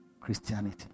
Christianity